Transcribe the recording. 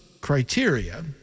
criteria